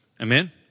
Amen